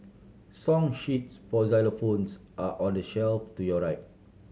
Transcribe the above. song sheets for xylophones are on the shelf to your right